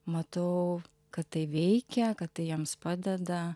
matau kad tai veikia kad tai jiems padeda